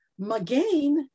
Magain